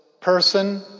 person